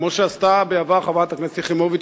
כמו שעשתה בעבר חברת הכנסת יחימוביץ